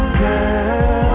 girl